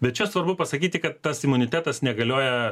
bet čia svarbu pasakyti kad tas imunitetas negalioja